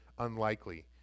Unlikely